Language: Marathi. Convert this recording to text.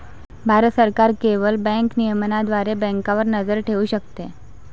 भारत सरकार केवळ बँक नियमनाद्वारे बँकांवर नजर ठेवू शकते